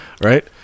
right